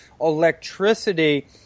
electricity